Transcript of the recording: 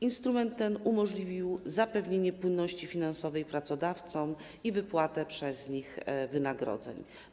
Instrument ten umożliwił zapewnienie płynności finansowej pracodawcom i wypłatę przez nich wynagrodzeń.